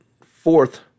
fourth